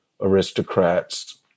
aristocrats